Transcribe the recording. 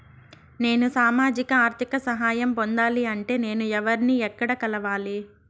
నేను సామాజిక ఆర్థిక సహాయం పొందాలి అంటే నేను ఎవర్ని ఎక్కడ కలవాలి?